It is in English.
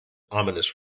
ominous